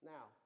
Now